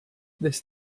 this